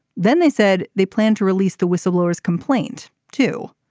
then they said they plan to release the whistleblower's complaint too.